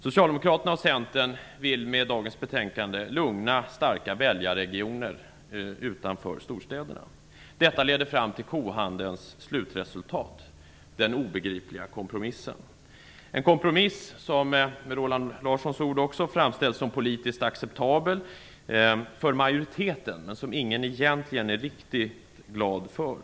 Socialdemokraterna och Centern vill med dagens betänkande lugna starka väljarregioner utanför storstäderna. Detta leder fram till kohandelns slutresultat: den obegripliga kompromissen. Det är en kompromiss, som också med Roland Larssons ord, framställs som politiskt acceptabel för majoriteten men som ingen egentligen är riktigt glad över.